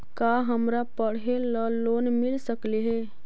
का हमरा पढ़े ल लोन मिल सकले हे?